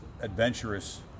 adventurous